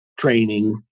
training